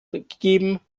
gegeben